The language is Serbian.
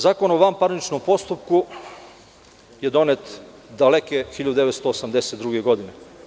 Zakon o vanparničnom postupku je donet daleke 1982. godine.